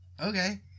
okay